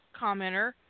commenter